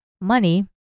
money